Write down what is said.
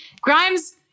Grimes